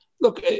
look